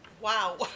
Wow